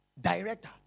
director